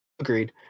Agreed